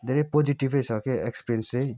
धेरै पोजिटिभै छ के एक्सपिरियन्स चाहिँ